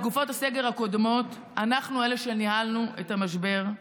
בתקופות הסגר הקודמות אנחנו אלה שניהלנו את המשבר,